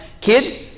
kids